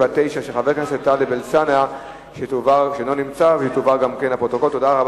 חבר הכנסת חיים אמסלם שאל את שר החינוך ביום י"ב בשבט התש"ע (27 בינואר